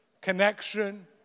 connection